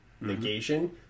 negation